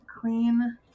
clean